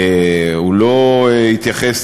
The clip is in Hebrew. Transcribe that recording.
הוא לא התייחס